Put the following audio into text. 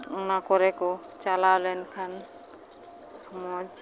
ᱚᱱᱟ ᱠᱚᱨᱮ ᱠᱚ ᱪᱟᱞᱟᱣ ᱞᱮᱱᱠᱷᱟᱱ ᱢᱚᱡᱽ